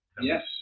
yes